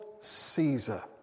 Caesar